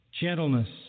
gentleness